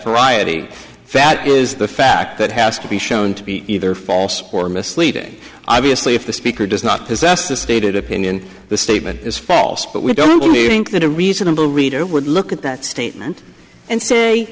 friday fat is the fact that has to be shown to be either false or misleading obviously if the speaker does not possess the stated opinion the statement is false but we don't need think that a reasonable reader would look at that statement and say